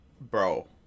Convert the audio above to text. bro